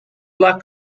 luck